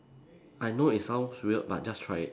I know it sounds weird but just try it